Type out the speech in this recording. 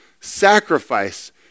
sacrifice